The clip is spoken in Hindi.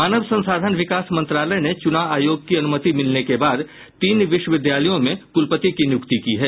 मानव संसाधन विकास मंत्रालय ने चुनाव आयोग की अनुमति मिलने के बाद तीन विश्वविद्यालयों में कुलपति की नियुक्ति की है